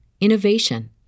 innovation